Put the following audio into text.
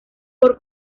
por